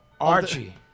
Archie